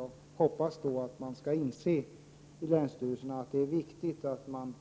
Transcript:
Jag hoppas att man på länsstyrelserna skall inse att det är viktigt att demokratin